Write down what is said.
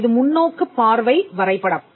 இது முன்னோக்குப் பார்வை வரைபடம்